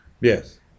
Yes